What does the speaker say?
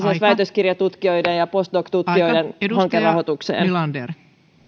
väitöskirjatukijoiden ja postdoc tutkijoiden hankerahoituksessa